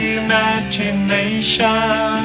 imagination